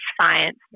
Science